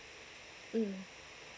mm